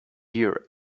here